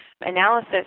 analysis